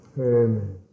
Amen